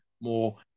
more